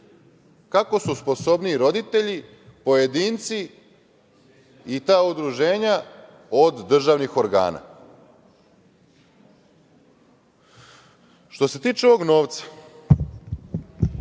Kako su sposobniji roditelji, pojedinci i ta udruženja od državnih organa? Što se tiče ovog novca,